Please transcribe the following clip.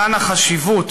מכאן החשיבות